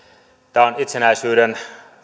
tämä on itsenäisyyden